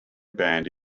band